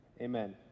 Amen